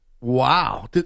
Wow